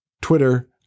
Twitter